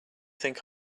think